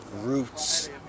roots